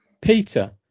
Peter